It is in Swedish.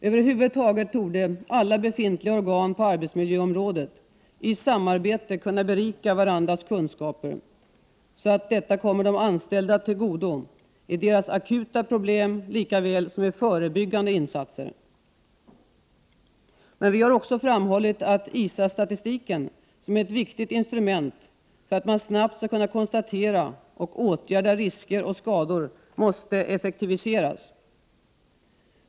Över huvud taget torde alla befintliga organ på arbetsmiljöområdet i samarbete kunna berika varandras kunskaper, så att resultatet kommer de anställda till godo — i deras akuta problem lika väl som i förebyggande insatser. Men vi har också framhållit att ISA-statistiken, som är ett viktigt instrument för att man snabbt skall kunna konstatera och åtgärda risker och skador, måste effektiviseras.